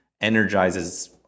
energizes